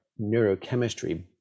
neurochemistry